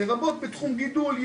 לרבות בתחום גידול,